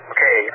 Okay